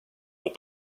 pour